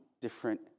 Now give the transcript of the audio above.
different